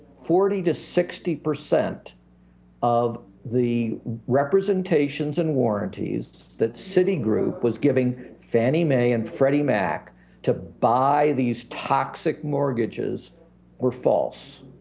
forty to sixty percent of the representations and warranties that citigroup was giving fannie mae and freddie mac to buy these toxic mortgages were false.